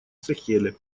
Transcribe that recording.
сахеле